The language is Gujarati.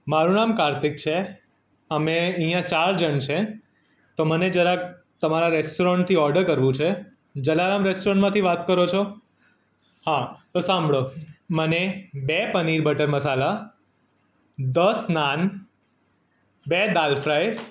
મારું નામ કાર્તિક છે અમે અહીંયા ચાર જણ છીએ તો મને જરાક તમારા રેસ્ટોરન્ટથી ઓર્ડર કરવું છે જલારામ રેસ્ટોરન્ટમાંથી વાત કરો છો હા તો સાંભળો મને બે પનીર બટર મસાલા દસ નાન બે દાલ ફ્રાય